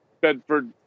Bedford